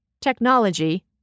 Technology